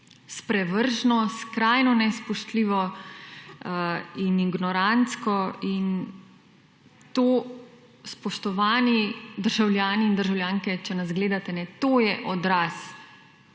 sprevrženo, skrajno nespoštljivo in ignorantsko in to, spoštovani državljani in državljanke, če nas gledate, to je odraz